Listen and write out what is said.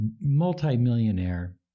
multimillionaire